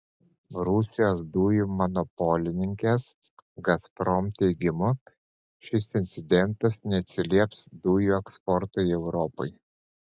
rusijos dujų monopolininkės gazprom teigimu šis incidentas neatsilieps dujų eksportui europai